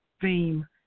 theme